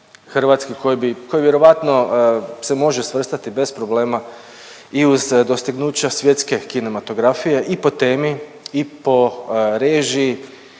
koji bi, koji vjerojatno se može svrstati bez problema i uz dostignuća svjetske kinematografije i po temi i po režiji